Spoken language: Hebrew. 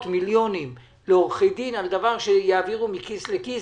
מיליונים לעורכי דין על דבר שיעבירו מכיס לכיס,